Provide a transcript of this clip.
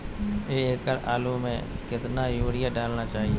एक एकड़ आलु में कितना युरिया डालना चाहिए?